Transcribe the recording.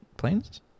Planes